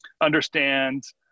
understands